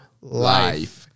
Life